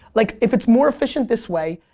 like if it's more efficient this way,